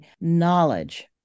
knowledge